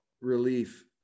relief